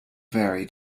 vary